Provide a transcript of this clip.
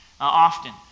often